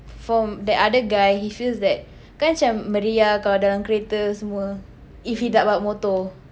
from the other guy he feels that kan macam meriah kalau dalam kereta semua if he tak bawa motor